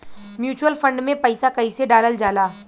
Mutual fund मे पईसा कइसे डालल जाला?